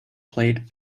plaid